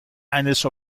eines